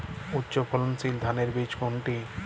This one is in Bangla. উচ্চ ফলনশীল ধানের বীজ কোনটি?